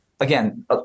again